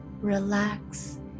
relax